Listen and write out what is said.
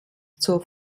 zur